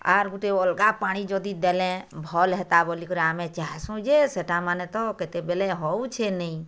ଆର୍ ଗୁଟେ ଅଲ୍ଗା ପାଣି ଯଦି ଦେଲେ ଭଲ୍ ହେତା ବୋଲିକରି ଆମେ ଚାହଁସୁ ଯେ ସେଇଟା ମାନେ ତ କେତେବେଲେ ହଉଛେ ନେଇ